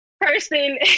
person